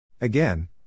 Again